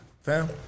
fam